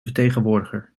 vertegenwoordiger